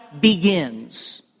begins